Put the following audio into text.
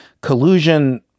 collusion